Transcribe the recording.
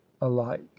alike